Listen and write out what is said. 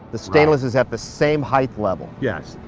the stainless is at the same height level. yes,